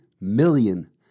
million